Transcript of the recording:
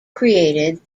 created